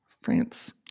France